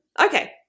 Okay